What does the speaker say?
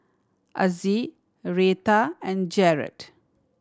Azzie Reatha and Jarrett